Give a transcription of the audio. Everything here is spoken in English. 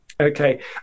Okay